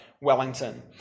Wellington